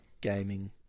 gaming